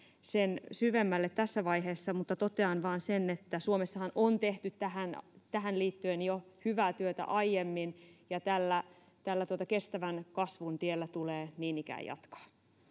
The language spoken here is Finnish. sen syvemmälle tässä vaiheessa mutta totean vain sen että suomessahan on tehty tähän tähän liittyen jo hyvää työtä aiemmin ja tällä tällä kestävän kasvun tiellä tulee niin ikään jatkaa